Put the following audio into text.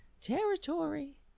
territory